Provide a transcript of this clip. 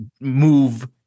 move